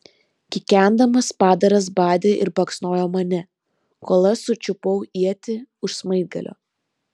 kikendamas padaras badė ir baksnojo mane kol aš sučiupau ietį už smaigalio